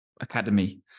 academy